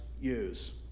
use